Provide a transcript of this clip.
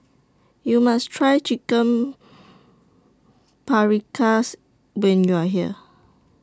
YOU must Try Chicken Paprikas when YOU Are here